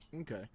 Okay